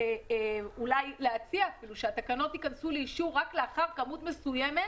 אולי להציע אפילו שהתקנות ייכנסו לאישור רק לאחר כמות מסוימת